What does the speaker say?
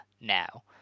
now